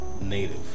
native